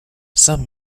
some